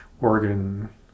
organ